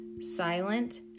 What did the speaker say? silent